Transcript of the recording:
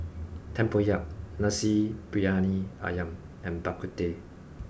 Tempoyak Nasi Briyani Ayam and Bak Kut Teh